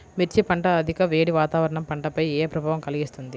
మిర్చి పంట అధిక వేడి వాతావరణం పంటపై ఏ ప్రభావం కలిగిస్తుంది?